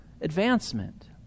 advancement